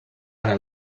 ara